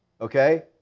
okay